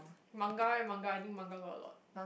manga leh manga I think manga got a lot